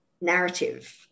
narrative